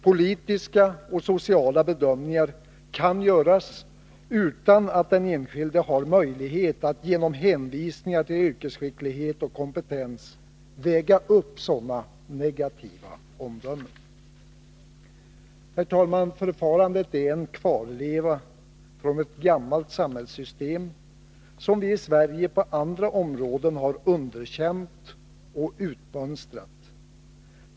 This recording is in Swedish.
Politiska och sociala bedömningar kan göras utan att den enskilde har möjlighet att genom hänvisningar till yrkesskicklighet och kompetens väga upp sådana negativa omdömen. Herr talman! Förfarandet är en kvarleva från ett gammalt samhällssystem, som vi i Sverige på andra områden har underkänt och utmönstrat.